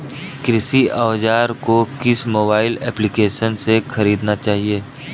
कृषि औज़ार को किस मोबाइल एप्पलीकेशन से ख़रीदना चाहिए?